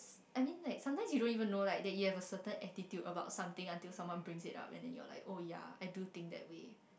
I mean like sometime you don't even know like that you have a certain attitude about something until someone brings it up and then you're like oh ya I do think that way